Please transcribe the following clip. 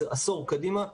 עשור קדימה,